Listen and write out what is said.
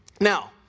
Now